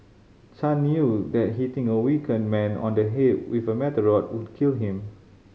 Chan knew that hitting a weakened man on the head with a metal rod would kill him